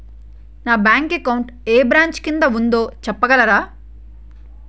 నా bank account ఏ branch కిందా ఉందో చెప్పగలరా?